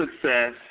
success